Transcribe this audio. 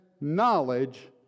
knowledge